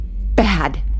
bad